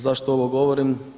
Zašto ovo govorim?